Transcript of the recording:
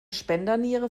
spenderniere